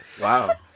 Wow